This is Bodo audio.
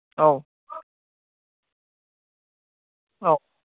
औ औ